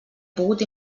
pogut